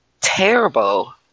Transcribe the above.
terrible